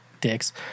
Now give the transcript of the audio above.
dicks